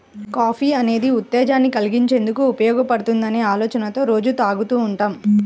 coffee అనేది ఉత్తేజాన్ని కల్గించేందుకు ఉపయోగపడుతుందనే ఆలోచనతో రోజూ తాగుతూ ఉంటాం